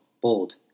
bold